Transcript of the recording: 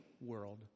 world